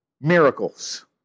miracles